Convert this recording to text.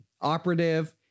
Operative